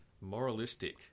Moralistic